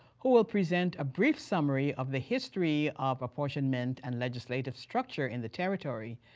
who will present a brief summary of the history of reapportionment and legislative structure in the territory.